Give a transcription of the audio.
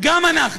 גם אנחנו,